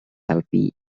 alfie